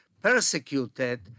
persecuted